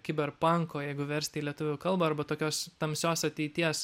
kiberpanko jeigu versti į lietuvių kalbą arba tokios tamsios ateities